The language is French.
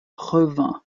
revin